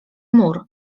mur